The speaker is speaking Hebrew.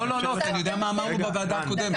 לא, לא, כי אני יודע מה אמרנו בוועדה הקודמת.